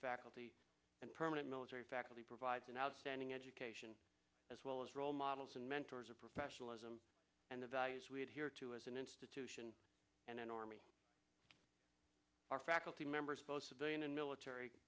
faculty permanent military faculty provides an outstanding education as well as role models and mentors of professionalism and the values we adhere to as an institution and an army our faculty members both civilian and military